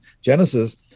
Genesis